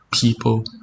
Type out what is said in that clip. people